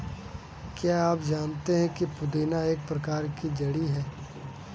क्या आप जानते है पुदीना एक प्रकार की जड़ी है